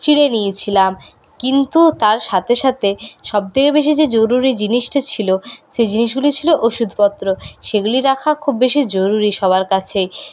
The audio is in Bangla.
চিঁড়ে নিয়েছিলাম কিন্তু তার সাথে সাথে সবথেকে বেশি যে জরুরি জিনিসটা ছিল সেই জিনিসগুলি ছিল ওষুধপত্র সেগুলি রাখা খুব বেশি জরুরি সবার কাছেই